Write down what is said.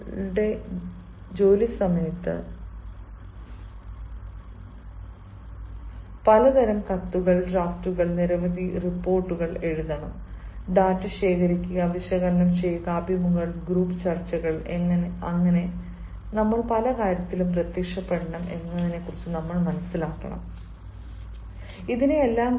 ഞങ്ങളുടെ ജോലിസമയത്ത് മുകളിൽ ജോലിസ്ഥലങ്ങളിൽ എങ്ങനെ പലതരം കത്തുകൾ ഡ്രാഫ്റ്റുകൾ നിരവധി തരം റിപ്പോർട്ടുകൾ എഴുതണം ഡാറ്റ ശേഖരിക്കുക വിശകലനം ചെയ്യുക അഭിമുഖങ്ങളിൽ ഗ്രൂപ്പ് ചർച്ചകളിൽ എങ്ങനെ നമ്മൾ എങ്ങനെ പ്രത്യക്ഷപ്പെടണം എന്നതിനെക്കുറിച്ചും നമ്മൾ ചർച്ച ചെയ്തു